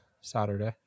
Saturday